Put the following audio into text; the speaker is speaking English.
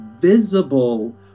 visible